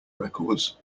records